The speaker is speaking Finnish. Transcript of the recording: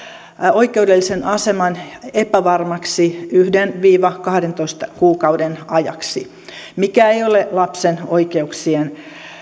oikeudellisen aseman epävarmaksi yhden viiva kahdentoista kuukauden ajaksi mikä ei ole lapsen oikeuksien